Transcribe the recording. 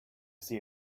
see